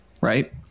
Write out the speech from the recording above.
right